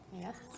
Yes